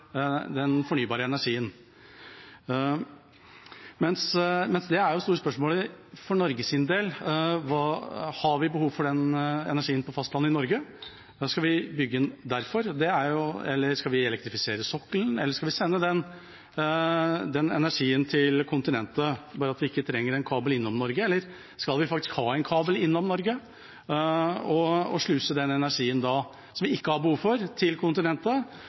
den havvindparken utenfor Kanariøyene. De har sikkert behov for den fornybare energien, men det store spørsmålet for Norges del er: Har vi behov for den energien på fastlandet i Norge? Skal vi derfor bygge den? Skal vi elektrifisere sokkelen? Skal vi sende energien til kontinentet, bare at vi ikke trenger en kabel innom Norge? Eller skal vi faktisk ha en kabel innom Norge og sluse den energien som vi ikke har behov for, til kontinentet,